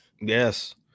yes